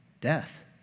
death